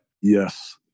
Yes